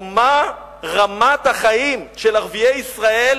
או מה רמת החיים של ערביי ישראל